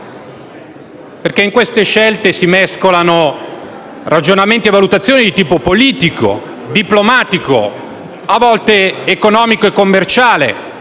leggero. In queste scelte, infatti, si mescolano ragionamenti e valutazioni di tipo politico, diplomatico, a volte economico e commerciale,